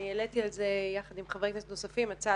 אני העליתי על זה יחד עם חברי כנסת נוספים הצעה